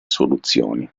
soluzioni